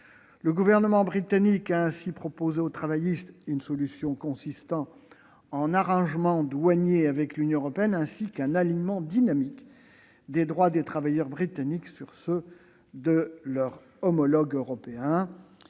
Le gouvernement britannique a bien proposé aux travaillistes une solution consistant en un « arrangement douanier » avec l'Union européenne et en un « alignement dynamique » des droits des travailleurs britanniques sur ceux de leurs homologues européens.